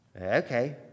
Okay